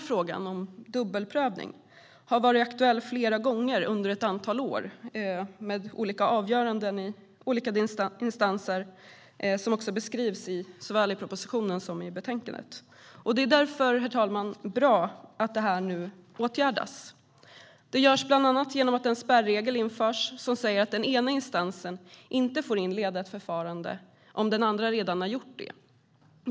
Frågan om dubbelprövning har varit aktuell flera gånger under ett antal år med olika avgöranden i olika instanser, vilket också beskrivs såväl i propositionen som i betänkandet. Därför är det bra, herr talman, att detta nu åtgärdas. Det görs bland annat genom att en spärregel införs som säger att den ena instansen inte får inleda ett förfarande om den andra redan har gjort det.